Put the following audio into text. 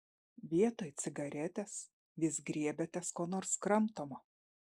vietoj cigaretės vis griebiatės ko nors kramtomo